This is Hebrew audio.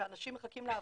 ואנשים מחכים לעבוד.